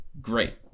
great